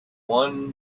one